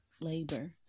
labor